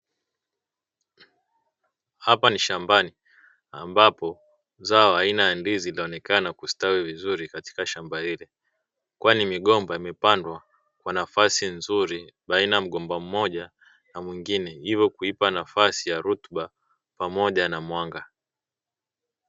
Hapa ni shambani ambapo zao aina ya ndizi linaonekana kustawi vizuri katika shamba hili. Kwani migomba imepandwa kwa nafasi nzuri baina ya mgomba mmoja na mwingine, hivyo kuipa nafasi ya rutuba pamoja na mwanga.